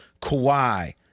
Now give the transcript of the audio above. Kawhi